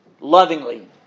lovingly